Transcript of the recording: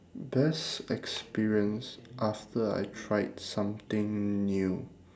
best experience after I tried something new